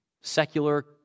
secular